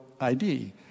ID